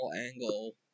angle